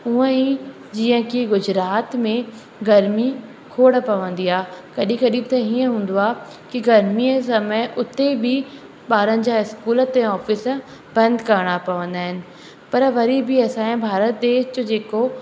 हुंअं ई जीअं की गुजरात में गर्मी खोड़ पवंदी आहे कॾहिं कॾहिं त हीअं हूंदो आहे की गर्मीअ समय उते बि ॿारनि जा इस्कूल ते ऑफ़िस बंदि करिणा पवंदा आहिनि पर वरी बि असांजे भारत देश जो जेको